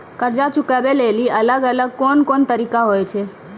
कर्जा चुकाबै लेली अलग अलग कोन कोन तरिका होय छै?